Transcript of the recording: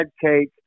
cake